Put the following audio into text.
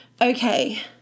Okay